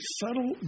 subtle